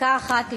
דקה אחת לרשותך.